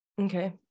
okay